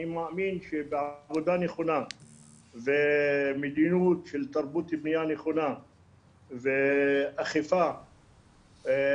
אני מאמין שבעבודה נכונה ובמדיניות של תרבות בנייה נכונה ואכיפה מאוזנת,